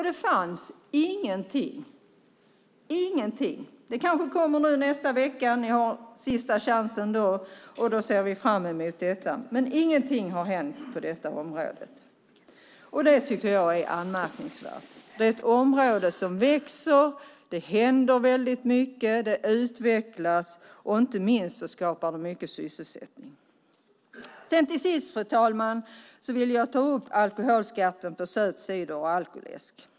Det fanns ingenting om det. Det kanske kommer nästa vecka; ni har sista chansen då. Det ser vi fram emot. Ingenting har hänt på det området. Det tycker jag är anmärkningsvärt. Det är ett område som växer, det händer mycket, det utvecklas och inte minst skapar det mycket sysselsättning. Jag vill till sist ta upp frågan om alkoholskatt på söt cider och alkoläsk.